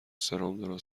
سرم